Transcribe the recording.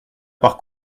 par